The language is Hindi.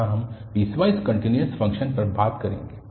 यहाँ हम पीसवाइस कन्टिन्यूअस फंक्शन पर बात करेंगे